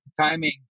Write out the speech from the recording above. timing